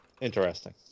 interesting